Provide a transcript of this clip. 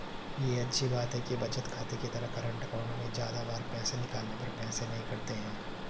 ये अच्छी बात है कि बचत खाते की तरह करंट अकाउंट में ज्यादा बार पैसे निकालने पर पैसे नही कटते है